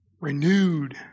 renewed